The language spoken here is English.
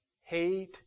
hate